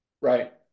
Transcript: Right